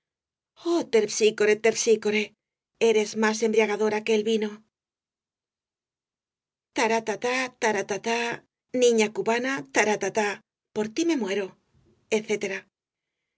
oh terpsícore terpsícore eres más embriagadora que el vino tara ta ta tara ta ta niña cubana taratata por ti me muero